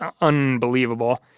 unbelievable